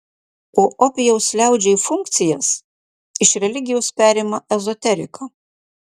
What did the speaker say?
o opijaus liaudžiai funkcijas iš religijos perima ezoterika